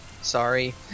sorry